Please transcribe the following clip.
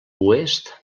oest